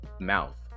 mouth